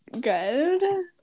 good